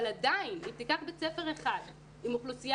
אבל עדיין אם תיקח בית ספר אחד עם אוכלוסייה